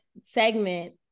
segment